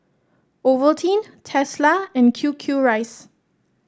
Ovaltine Tesla and Q Q rice